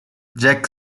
jack